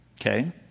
okay